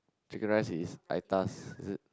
chicken rice is is it